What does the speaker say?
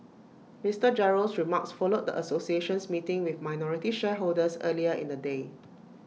Mister Gerald's remarks followed the association's meeting with minority shareholders earlier in the day